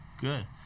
good